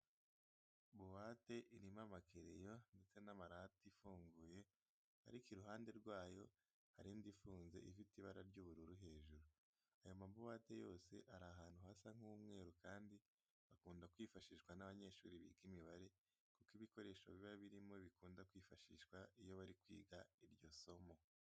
Buwate irimo amakereyo ndetse n'amarati ifunguye, ariko iruhande rwayo hari indi ifunze ifite ibara ry'ubururu hejuru. Ayo mabuwate yose ari ahantu hasa nk'umweru kandi akunda kwifashishwa n'abanyeshuri biga imibare kuko ibikoresho biba birimo bikunda kwifashishwa iyo bari kwiga iryo somo.